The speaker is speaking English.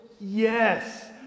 Yes